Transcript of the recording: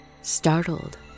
Startled